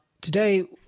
today